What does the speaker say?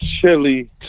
chili